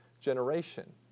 generation